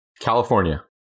California